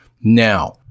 Now